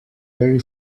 very